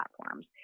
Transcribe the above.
platforms